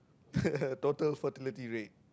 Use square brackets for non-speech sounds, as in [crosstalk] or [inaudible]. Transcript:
[laughs] total fertility rate